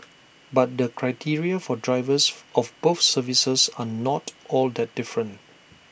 but the criteria for drivers of both services are not all that different